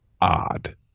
odd